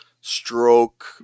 stroke